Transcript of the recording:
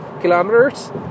kilometers